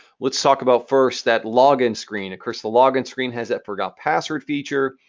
let's talk about first that login screen. of course the login screen has that forgot password feature.